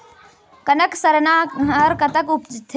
कनक सरना हर कतक उपजथे?